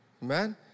Man